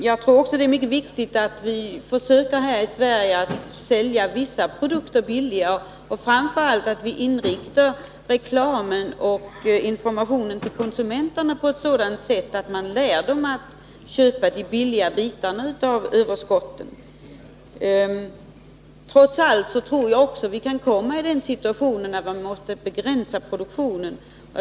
Det är också mycket viktigt att vi här i Sverige försöker sälja vissa produkter billigare och framför allt att vi inriktar reklamen och informationen på att lära konsumenterna att köpa de billiga bitarna av överskotten. Trots allt kan vi komma i den situationen att vi måste begränsa produktionen.